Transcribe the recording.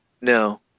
No